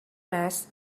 mass